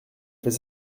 fait